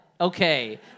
okay